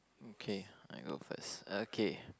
okay I go first okay